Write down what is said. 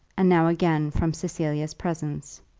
and now again from cecilia's presence.